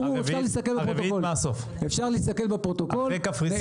אפשר להסתכל בפרוטוקולים.